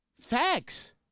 Facts